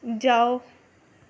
जाओ